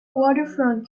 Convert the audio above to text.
waterfront